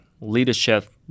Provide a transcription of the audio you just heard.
leadership